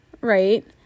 Right